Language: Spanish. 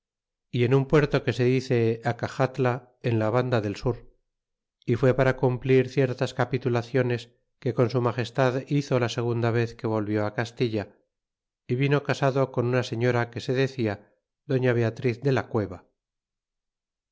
y en un puerto que se dice acaxatla en la banda del sur y fué para cumplir ciertas capitulaciones que con su magestad hizo la segunda vez que volvió castilla y vino casado con una señora quese decía doña beatriz de la cueva